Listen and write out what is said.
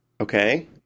Okay